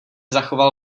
zachoval